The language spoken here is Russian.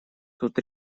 тут